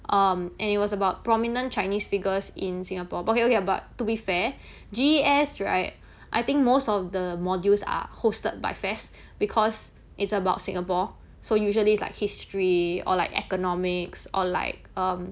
um and it was about prominent chinese figures in Singapore okay okay ah but to be fair G_E_S right I think most of the modules are hosted by F_A_S_S because it's about Singapore so usually it's like history or like economics or like um